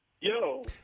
Yo